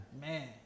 Man